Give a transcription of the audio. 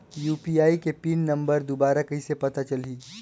UPI के PIN number दुबारा कइसे पता चलही?